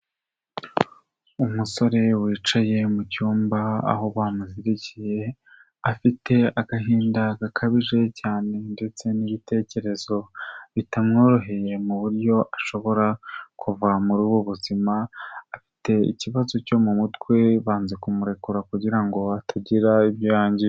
Umusore wicaye mu cyumba aho bamuzirikiye, afite agahinda gakabije cyane ndetse n'ibitekerezo bitamworoheye mu buryo ashobora kuva muri ubu buzima, afite ikibazo cyo mu mutwe banze kumurekura kugira ngo atagira ibyo yangiza.